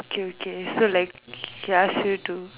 okay okay so like she ask you to